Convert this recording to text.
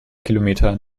kilometer